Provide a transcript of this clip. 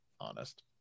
honest